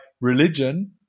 religion